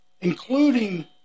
Including